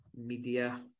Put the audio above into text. media